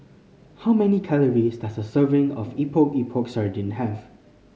how many calories does a serving of Epok Epok Sardin have